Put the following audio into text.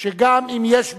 שגם אם יש ביקורת,